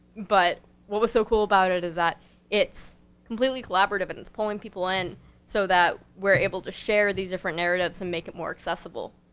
but what was so cool about it is that it's completely collaborative and it's pulling people in so that we're able to share these different narratives and make it more accessible.